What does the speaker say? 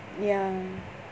ya